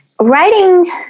writing